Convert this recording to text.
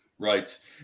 Right